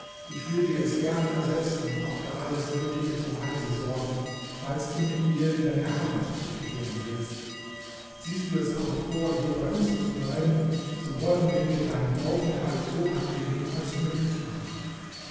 ich will dir es gern ersetzen und auch für alles nötige zur reise sorgen falls du mit ihr in deine heimat zurückkehren willst ziehst du es aber vor hier bei uns zu bleiben so wollen wir dir deinen aufenthalt so angenehm als möglich machen